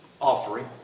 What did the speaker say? offering